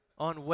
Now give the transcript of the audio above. On